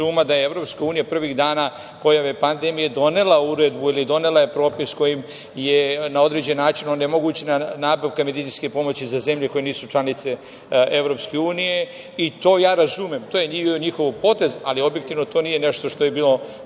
da je EU prvih dana pojave pandemije donela uredbu ili je donela propis kojim je na određen onemogućena nabavka medicinske pomoći za zemlje koje nisu članice EU. To ja razumem. To je njihov potez, ali objektivno to nije nešto što je išlo